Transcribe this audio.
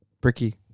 Bricky